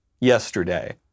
yesterday